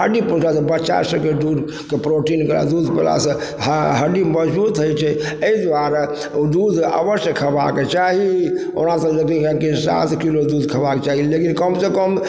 हड्डी पोसलासँ बच्चा सबके दूध प्रोटीन दूध खेलासँ हड्डी मजबूत होइ छै अइ दुआरे दूध अवश्य खेबाके चाही ओना तऽ यदि छै कि सात किलो दूध खेबाके चाही लेकिन कम सँ कम